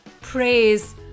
praise